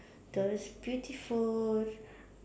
those beautiful